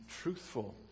truthful